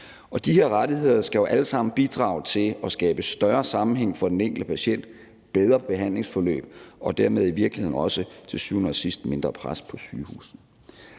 de her rettigheder skal jo alle sammen bidrage til at skabe større sammenhæng for den enkelte patient, bedre behandlingsforløb og dermed i virkeligheden også til syvende og sidst mindre pres på sygehusene.